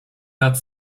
nad